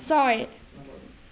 ছয়